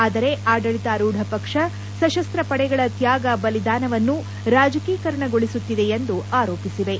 ಆದರೆ ಆಡಳಿತಾರೂಢ ಪಕ್ಷ ಸಶಸ್ತ ಪಡೆಗಳ ತ್ವಾಗ ಬಲಿದಾನವನ್ನು ರಾಜಕೀಕರಣಗೊಳಿಸುತ್ತಿದೆ ಎಂದು ಆರೋಪಿಸಿವೆ